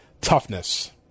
toughness